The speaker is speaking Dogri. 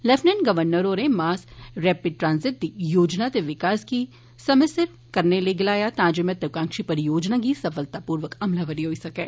लैफ्टिनैंट गर्वनर होरें मास रैपिड ट्रांस्सिट दी योजना ते विकास गी समें सिर करने लेई गलाया तां जे महत्वकांक्षी परियोजना दी सफलतापूर्वक अमलावरी होई सकै